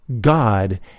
God